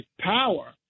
power